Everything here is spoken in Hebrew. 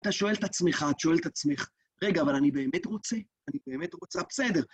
אתה שואל את עצמך, את שואלת את עצמך, רגע, אבל אני באמת רוצה? אני באמת רוצה? בסדר.